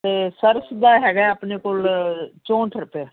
ਤੇ ਸੁਪਰ ਦਾ ਹੈਗਾ ਆਪਣੇ ਕੋਲ ਚੋਹਟ ਰੁਪਏ